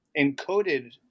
encoded